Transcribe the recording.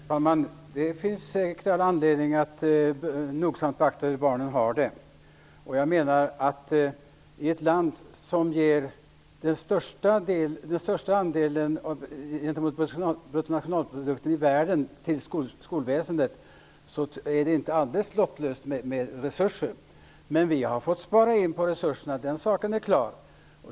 Herr talman! Det finns säkert all anledning att nogsamt beakta hur barnen har det. I ett land som ger skolväsendet den största andelen av bruttonationalprodukten i världen kan skolan inte vara alldeles lottlös när det gäller resurser. Men vi har fått spara in på resurserna; den saken är klar.